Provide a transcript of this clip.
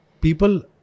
people